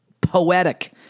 poetic